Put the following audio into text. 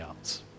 else